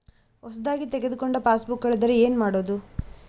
ಹೊಸದಾಗಿ ತೆಗೆದುಕೊಂಡ ಪಾಸ್ಬುಕ್ ಕಳೆದರೆ ಏನು ಮಾಡೋದು?